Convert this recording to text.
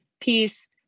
peace